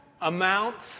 amounts